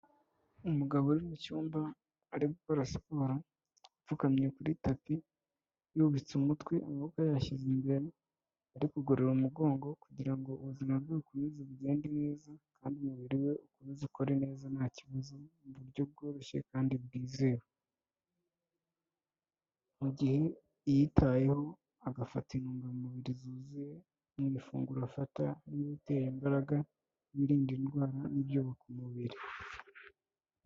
Umugabo uri mu cyumba ari gukora siporo, apfukamye kuri tapi, yubitse umutwe amaboko yayashyize imbere, ari kugorora umugongo kugira ngo ubuzima bwe bukomeze bugende neza, kandi umubiri we ukomeze ukore nta kibazo, mu buryo bworoshye kandi bwizewe, mu gihe yiyitayeho agafata intungamubiri zuzuye, mu ifunguro afata harimo ibitera imbaraga, ibiririnda indwara, n'ibyubaka umubiri.